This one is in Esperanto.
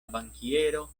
bankiero